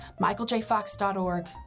MichaelJFox.org